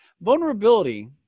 Vulnerability